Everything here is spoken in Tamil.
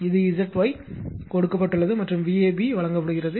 இது Zy கொடுக்கப்பட்டுள்ளது மற்றும் Vab வழங்கப்படுகிறது